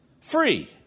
free